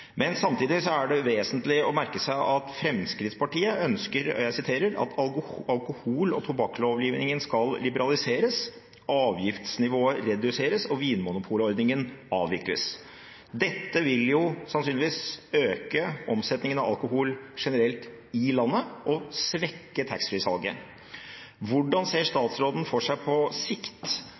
Samtidig er det vesentlig å merke seg at Fremskrittspartiet ønsker at: «Alkohol- og tobakklovgivingen bør liberaliseres, avgiftsnivået reduseres og vinmonopolordningen avvikles.» Dette vil sannsynligvis øke omsetningen av alkohol generelt i landet og svekke taxfree-salget. Hvordan ser statsråden for seg på sikt